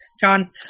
John